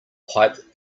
pipe